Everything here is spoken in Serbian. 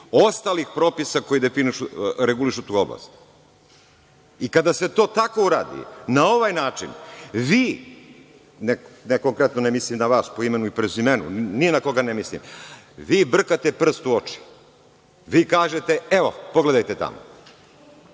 ostalih propisa koji regulišu tu oblast? Kada se to tako uradi na ovaj način vi, ne konkretno vi, ne mislim na vas po imenu i prezimenu, ni na koga ne mislim, brkate prst u oči. Kažete – evo, pogledajte tamo.